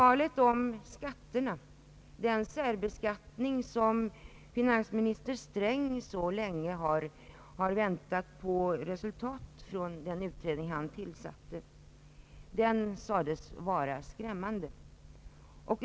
Den särbeskattning som finansministern för länge sedan begärt en utredning om sades vara skrämmande.